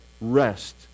rest